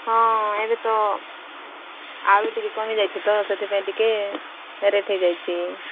ହଁ ଏବେ ତ ଆଳୁ ଟିକେ କମିଯାଇଛି ତ ସେଥିପାଇଁ ଟିକେ ରେଟ୍ ହେଇଯାଇଛି